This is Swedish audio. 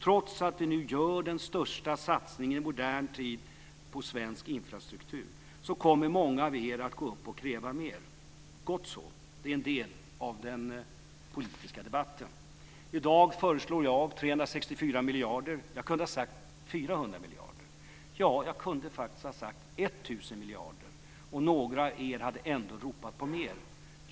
Trots att vi nu gör den största satsningen i modern tid på svensk infrastruktur kommer många av er att gå upp och kräva mer. Gott så. Det är en del av den politiska debatten. I dag föreslår jag 364 miljarder. Jag kunde ha sagt 400 miljarder. Jag kunde faktiskt ha sagt 1 000 miljarder, och några av er hade ändå ropat på mer.